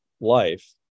life